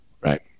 right